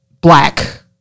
black